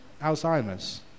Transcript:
Alzheimer's